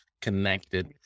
connected